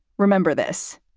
remember this?